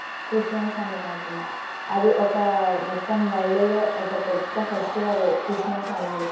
Christians అని కాకుండా అది ఒక మొత్తం వల్డ్లో ఒక పెద్ద ఫెస్టివల్ అది క్రిస్మస్ అనేది